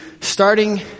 starting